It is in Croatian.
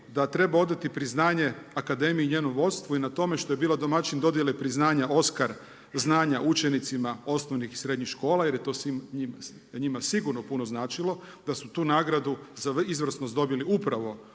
da treba odati priznanje akademiji i njenom vodstvu i na tome što je bila domaćin dodjele priznanja Oskar znanja učenicima osnovnih i srednjih škola jer je to svima njima sigurno puno značilo, da su tu nagradu za izvrsnost dobili upravo